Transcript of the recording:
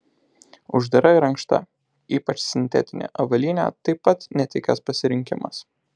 uždara ir ankšta ypač sintetinė avalynė taip pat netikęs pasirinkimas